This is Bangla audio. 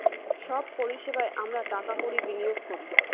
সব পরিষেবায় আমরা টাকা কড়ি বিনিয়োগ করি